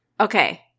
Okay